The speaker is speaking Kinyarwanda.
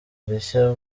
rishya